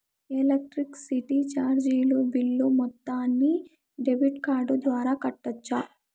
Electricity చార్జీలు bill మొత్తాన్ని debit card ద్వారా కట్టొచ్చా?